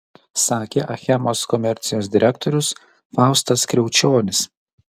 sakė achemos komercijos direktorius faustas kriaučionis